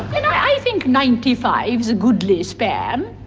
i think ninety five is a goodly span.